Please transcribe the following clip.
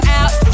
out